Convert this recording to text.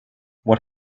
what